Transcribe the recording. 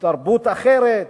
של תרבות אחרת,